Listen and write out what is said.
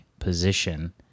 position